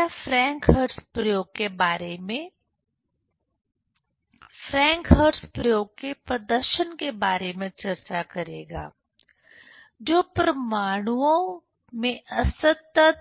तो यह Franck Hertz प्रयोग के प्रदर्शन के बारे में चर्चा करेगा जो परमाणुओं में असतत